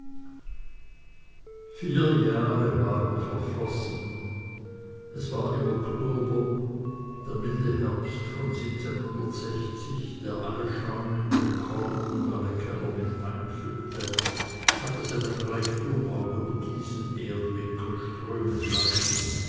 vier jahre waren verflossen es war im oktober der milde herbst von der alle scheunen mit korn und alle keller mit wein füllte hatte seinen reichtum auch über diesen erdwinkel strömen lassen